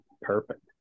perfect